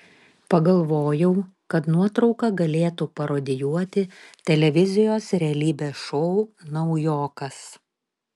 pagalvojau kad nuotrauka galėtų parodijuoti televizijos realybės šou naujokas